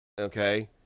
okay